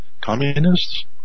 communists